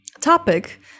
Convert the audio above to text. topic